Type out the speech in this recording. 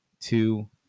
two